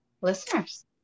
listeners